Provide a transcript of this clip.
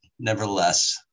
nevertheless